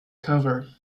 cover